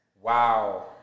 Wow